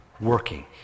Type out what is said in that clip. working